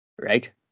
right